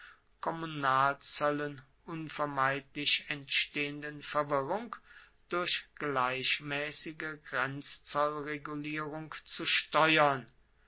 kommunalzöllen unvermeidlich entstehenden verwirrung durch gleichmäßige grenzzollregulierung zu steuern